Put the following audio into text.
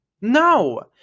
no